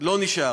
לא נשאר.